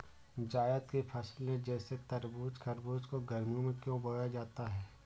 जायद की फसले जैसे तरबूज़ खरबूज को गर्मियों में क्यो बोया जाता है?